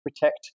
protect